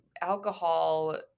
alcohol